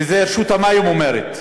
ואת זה רשות המים אומרת,